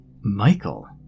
Michael